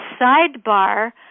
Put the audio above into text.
sidebar